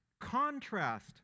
Contrast